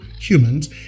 humans